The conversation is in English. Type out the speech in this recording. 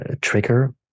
trigger